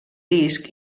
disc